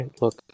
Look